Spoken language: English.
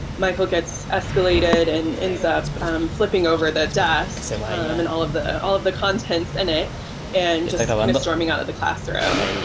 michael gets escalated and ends up flipping over the desk um and all of the all of the contents in it and just kind of storming out of the classroom.